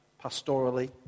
Pastorally